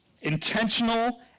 Intentional